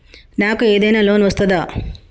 నాకు ఏదైనా లోన్ వస్తదా?